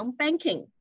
banking